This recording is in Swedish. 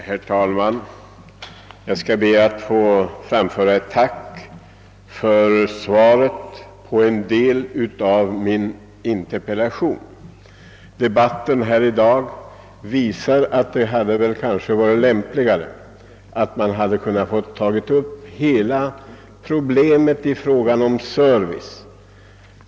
Herr talman! Jag skall be att få framföra ett tack för svaret på en del av min interpellation. Debatten här visar, att det kanske hade varit lämpligare att vi fått ta upp hela problemet i fråga om servicen.